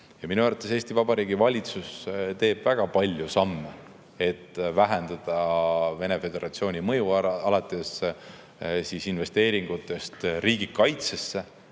Minu arvates teeb Eesti Vabariigi valitsus väga palju samme, et vähendada Vene föderatsiooni mõju, alates investeeringutest riigikaitsesse.